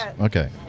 okay